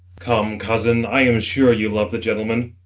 come, cousin, i am sure you love the gentleman.